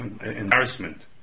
embarrassment